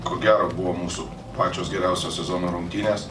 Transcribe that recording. ko gero buvo mūsų pačios geriausios sezono rungtynės